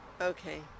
Okay